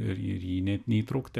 ir į jį net neįtraukti